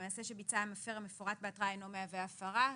המעשה שביצע המפר מפורט בהתראה אינו מהווה הפרה.